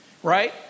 right